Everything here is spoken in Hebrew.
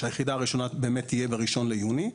שהיחידה הראשונה באמת תהיה ב-1 ביוני.